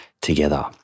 together